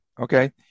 Okay